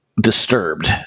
disturbed